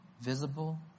visible